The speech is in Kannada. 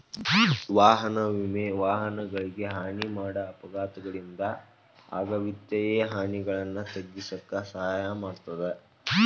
ವಾಹನ ವಿಮೆ ವಾಹನಗಳಿಗೆ ಹಾನಿ ಮಾಡ ಅಪಘಾತಗಳಿಂದ ಆಗ ವಿತ್ತೇಯ ಹಾನಿಗಳನ್ನ ತಗ್ಗಿಸಕ ಸಹಾಯ ಮಾಡ್ತದ